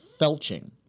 felching